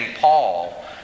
Paul